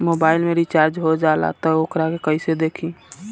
Mobile में recharge हो जाला त वोकरा के कइसे देखी?